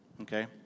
Okay